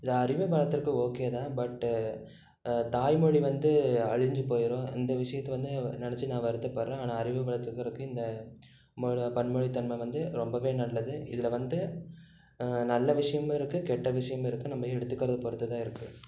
இது அறிவை வளர்த்தறக்கு ஓகே தான் பட்டு தாய்மொழி வந்து அழிஞ்சு போயிரும் இந்த விஷயத்த வந்து நினச்சி நான் வருத்தப்படுறேன் ஆனால் அறிவை வளர்த்துவதற்கு இந்த மொ பன்மொழி தன்மை வந்து ரொம்பவே நல்லது இதில் வந்து நல்ல விஷயமும் இருக்கு கெட்ட விஷயமும் இருக்கு நம்ம எடுத்துக்கறதை பொறுத்து தான் இருக்கு